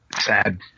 Sad